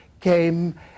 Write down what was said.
came